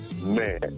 man